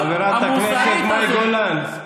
חברת הכנסת מאי גולן,